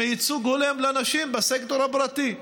מייצוג הולם של נשים בסקטור הפרטי?